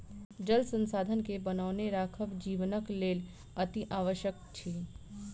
जल संसाधन के बनौने राखब जीवनक लेल अतिआवश्यक अछि